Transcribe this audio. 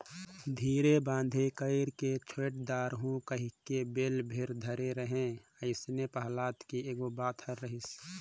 धीरे बांधे कइरके छोएड दारहूँ कहिके बेल भेर धरे रहें अइसने पहलाद के गोएड बात हर रहिस